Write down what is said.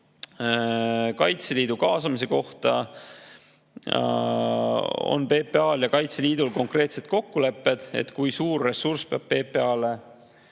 Kaitseliidu kaasamise kohta on PPA-l ja Kaitseliidul konkreetsed kokkulepped, kui suur ressurss peab PPA-le